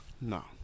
No